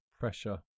Pressure